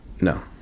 no